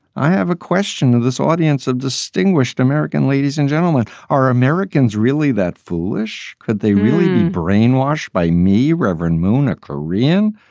i have a question of this audience, a distinguished american, ladies and gentlemen. are americans really that foolish? could they really be brainwashed by me? reverend moon, a korean?